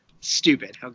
stupid